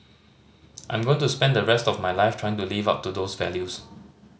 I'm going to spend the rest of my life trying to live up to those values